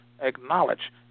acknowledge